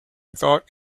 thought